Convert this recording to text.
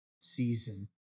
season